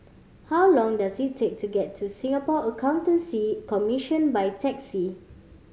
how long does it take to get to Singapore Accountancy Commission by taxi